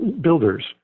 builders